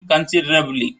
considerably